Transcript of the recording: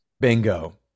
Bingo